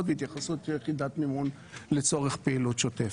בהתייחסות ליחידת מימון לצורך פעילות שוטפת.